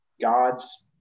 God's